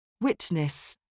Witness